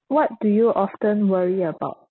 what do you often worry about